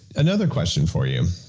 another question for you,